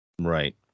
Right